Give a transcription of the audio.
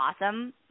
awesome